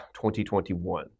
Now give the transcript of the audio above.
2021